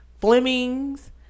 Fleming's